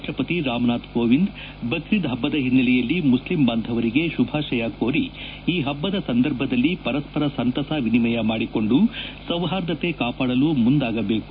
ರಾಷ್ಟ ಪತಿ ರಾಮನಾಥ್ ಕೋವಿಂದ್ ಬಕ್ರಿದ್ ಹಬ್ಬದ ಹಿನ್ನೆಲೆಯಲ್ಲಿ ಮುಸ್ಲಿಂ ಭಾಂದವರಿಗೆ ಶುಭಾಶಯ ಕೋರಿ ಈ ಹಬ್ಬದ ಸಂದರ್ಭದಲ್ಲಿ ಪರಸ್ಪರ ಸಂತಸ ವಿನಿಮಯ ಮಾಡಿಕೊಂಡು ಸೌಹಾರ್ದತೆ ಕಾಪಾದಲು ಮುಂದಾಗಬೇಕು